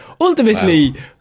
ultimately